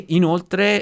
inoltre